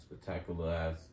spectacular-ass